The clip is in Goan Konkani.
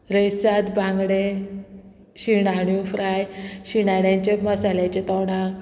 रेसात बांगडे शिणाण्यो फ्राय शिणाण्यांचे मसाल्याचे तोणाक